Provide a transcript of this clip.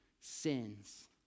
sins